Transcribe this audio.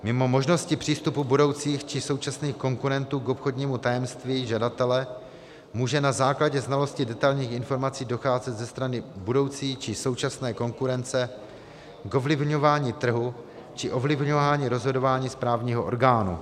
Mimo možnosti přístupu budoucích či současných konkurentů k obchodnímu tajemství žadatele může na základě znalosti detailních informací docházet ze strany budoucí či současné konkurence k ovlivňování trhu či ovlivňování rozhodování správního orgánu.